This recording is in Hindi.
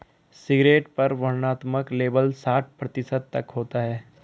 सिगरेट पर वर्णनात्मक लेबल साठ प्रतिशत तक होता है